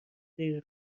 غیر